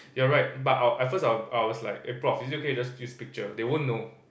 you are right but I'll I'll first I I was like eh prof is it okay if you just you picture they won't know